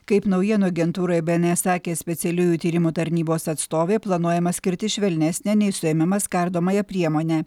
kaip naujienų agentūrai bns sakė specialiųjų tyrimų tarnybos atstovė planuojama skirti švelnesnę nei suėmimas kardomąją priemonę